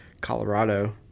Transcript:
colorado